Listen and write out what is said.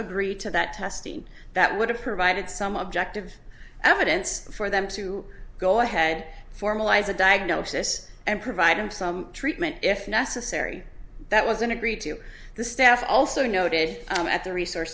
agree to that testing that would have provided some objective evidence for them to go ahead formalize a diagnosis and provide him some treatment if necessary that wasn't agreed to the staff also noted at the resource